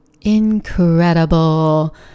incredible